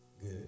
Good